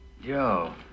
Yo